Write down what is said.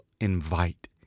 invite